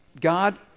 God